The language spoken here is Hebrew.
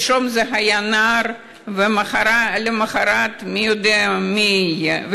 שלשום זה היה נער ומחר מי יודע מי זה יהיה.